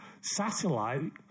Satellite